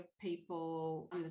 people